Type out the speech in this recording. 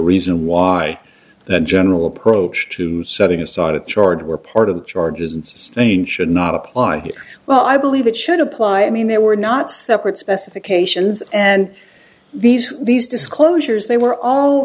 reason why that general approach to setting aside a charge were part of the charges and sustain should not apply well i believe it should apply i mean there were not separate specifications and these these disclosures they were all